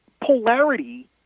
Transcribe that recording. polarity